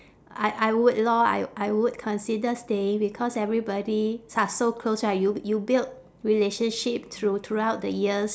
I I would lor I I would consider staying because everybody s~ so close right y~ you build relationship through~ throughout the years